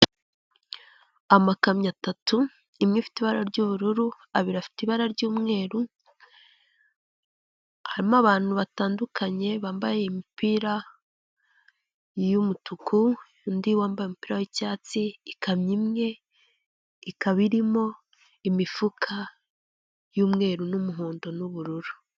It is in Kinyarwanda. Amakamyo atatu imwe ifite ibara ry'ubururu, abiri afite ibara ry'umweru, harimo abantu batandukanye bambaye imipira y'umutuku undi wambaye umupira y'icyatsi ikamyo imwe ikaba irimo imifuka y'umweru n'umuhondo n'ubururu.